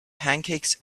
pancakes